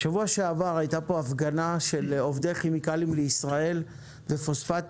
בשבוע שעבר הייתה פה הפגנה של עובדי כימיקלים לישראל ופוספטים,